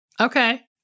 Okay